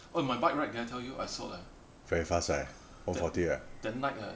oh my bike rack did I tell you I sold eh that that night eh